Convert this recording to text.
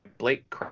Blake